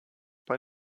bei